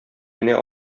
генә